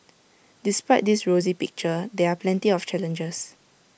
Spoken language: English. despite this rosy picture there are plenty of challenges